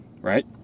right